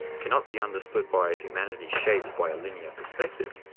cannot be understood by a humanity shaped by a linear perspective.